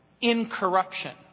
incorruption